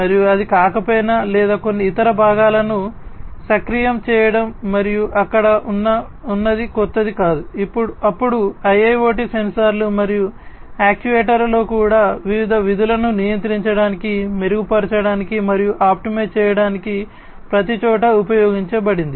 మరియు అది కాకపోయినా లేదా కొన్ని ఇతర భాగాలను సక్రియం చేయటం మరియు అక్కడ ఉన్నది కొత్తది కాదు అప్పుడు IIoT సెన్సార్లు మరియు యాక్యుయేటర్లలో కూడా వివిధ విధులను నియంత్రించడానికి మెరుగుపరచడానికి మరియు ఆప్టిమైజ్ చేయడానికి ప్రతిచోటా ఉపయోగించబడింది